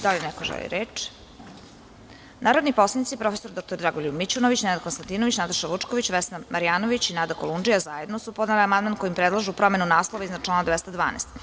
Da li neko želi reč? (Ne) Narodni poslanici prof. dr Dragoljub Mićunović, Nenad Konstantinović, Nataša Vučković, Vesna Marjanović i Nada Kolundžija zajedno su podneli amandman kojim predlažu promenu naslova iznad člana 212.